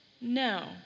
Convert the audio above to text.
No